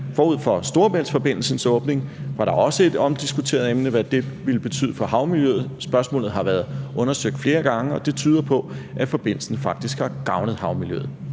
forud for Storebæltsforbindelsens åbning var det også et omdiskuteret emne, hvad det ville betyde for havmiljøet. Spørgsmålet har været undersøgt flere gange, og det tyder på, at forbindelsen faktisk har gavnet havmiljøet.